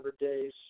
days